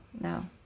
no